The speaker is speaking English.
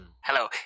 Hello